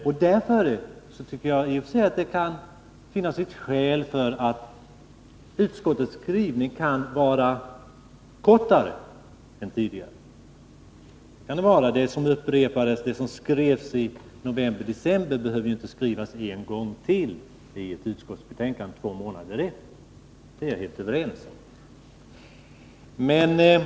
Och därför tycker jag i och för sig att det kan finnas skäl för att utskottsskrivningen är kortare än tidigare. Det som skrevs i novemberdecember behöver inte skrivas en gång till i ett utskottsbetänkande två månader därefter. Det är jag helt överens med Stig Alemyr om.